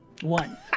One